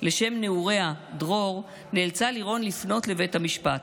לשם נעוריה, דרור, נאלצה לירון לפנות לבית המשפט.